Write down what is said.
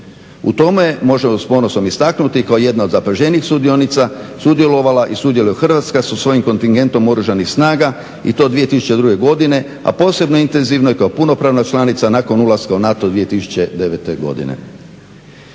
U tome možemo s ponosom istaknuti kao jedna od zapaženijih sudionica sudjelovala i sudjeluje Hrvatska sa svojim kontingentom Oružanih snaga i to 2002.godine, a posebno intenzivno i kao punopravna članica nakon ulaska u NATO 2009.godine.